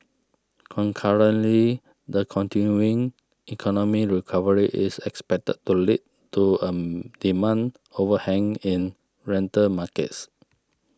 concurrently the continuing economic recovery is expected to lead to a demand overhang in rental markets